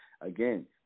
Again